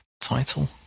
title